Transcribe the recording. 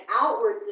outward